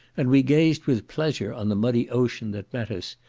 and we gazed with pleasure on the muddy ocean that met us,